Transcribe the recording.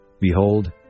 Behold